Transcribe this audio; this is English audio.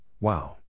wow